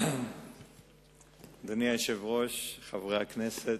אדוני היושב-ראש, חברי הכנסת,